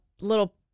little